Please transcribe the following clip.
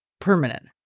permanent